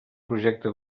projecte